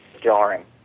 jarring